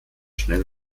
schnell